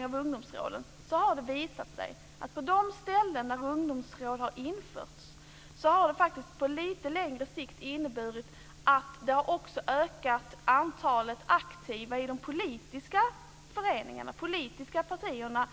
av ungdomsråden har visat att det på de ställen där ungdomsråden har införts faktiskt på lite längre sikt har inneburit att antalet aktiva ungdomar också har ökat i de politiska föreningarna och de politiska partierna.